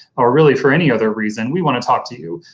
or really for any other reason, we want to talk to you.